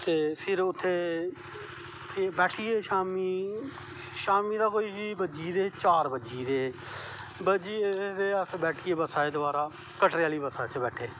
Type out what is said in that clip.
ते फिर उत्थें बैठिये शाम्मीं शाम्मी दे कोई चार बज्जी गेदे हे बज्जी गेदे हे ते अस बैठियै आए दवारा बसा च कटरे आह्ली बस्सा बैठे